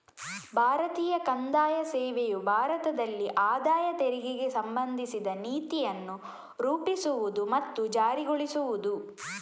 ಭಾರತೀಯ ಕಂದಾಯ ಸೇವೆಯು ಭಾರತದಲ್ಲಿ ಆದಾಯ ತೆರಿಗೆಗೆ ಸಂಬಂಧಿಸಿದ ನೀತಿಯನ್ನು ರೂಪಿಸುವುದು ಮತ್ತು ಜಾರಿಗೊಳಿಸುವುದು